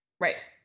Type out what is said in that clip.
Right